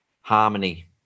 harmony